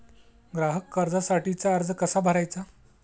ग्राहक कर्जासाठीचा अर्ज कसा भरायचा?